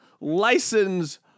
license